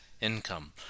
income